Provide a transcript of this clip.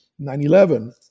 9-11